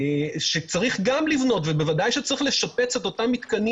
שצריך גם לבנות ובוודאי גם לשפץ את אותם מתקנים